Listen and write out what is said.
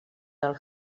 del